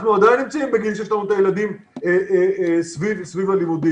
אנחנו עדיין נמצאים בגיל שיש לנו את הילדים סביב הלימודים.